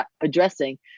addressing